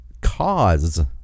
cause